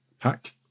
pack